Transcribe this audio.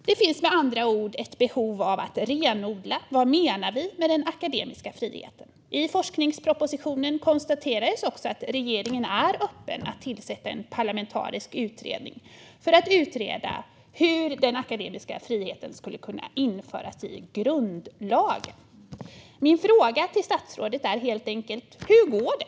Det finns med andra ord ett behov av att renodla vad vi menar med den akademiska friheten. I forskningspropositionen konstateras att regeringen är öppen för att tillsätta en parlamentarisk utredning för att utreda hur den akademiska friheten skulle kunna införas i grundlagen. Min fråga till statsrådet är helt enkelt: Hur går det?